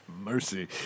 Mercy